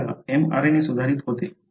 एकदा mRNA सुधारित होते